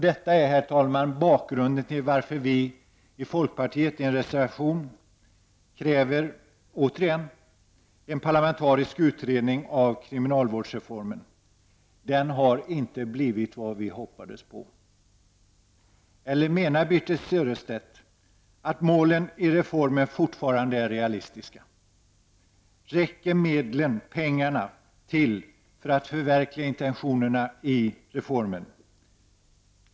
Detta är bakgrunden, herr talman, till varför vi i folkpartiet i en reservation återigen kräver en parlamentarisk utredning av kriminalvårdsreformen. Den har inte blivit vad vi hoppades på. Menar Birthe Sörestedt kanske att målen i reformen fortfarande är realistiska? Räcker pengarna till för att förverkliga intentionerna i reformen?